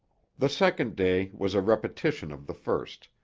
the second day was a repetition of the first,